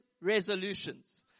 Resolutions